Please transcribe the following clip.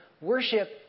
worship